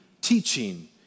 teaching